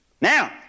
Now